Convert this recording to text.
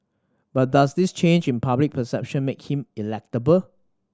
but does this change in public perception make him electable